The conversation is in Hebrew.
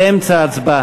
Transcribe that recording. כבר